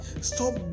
stop